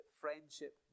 friendship